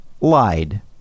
lied